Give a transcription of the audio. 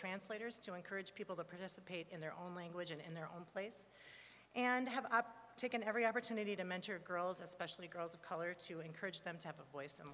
translators to encourage people to participate in their own language and in their own place and have taken every opportunity to mentor girls especially girls of color to encourage them to have a voice in